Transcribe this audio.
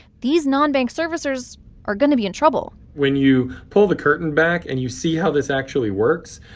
these nonbank servicers are going to be in trouble when you pull the curtain back and you see how this actually works,